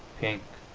pink,